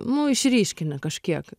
nu išryškini kažkiek